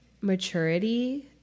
maturity